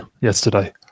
yesterday